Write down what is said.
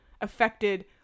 affected